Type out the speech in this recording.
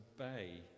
obey